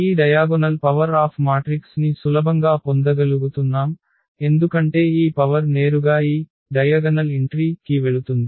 ఈ diagonal power of matrix ని సులభంగా పొందగలుగుతున్నాం ఎందుకంటే ఈ పవర్ నేరుగా ఈ వికర్ణ ప్రవేశాని కి వెళుతుంది